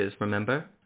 remember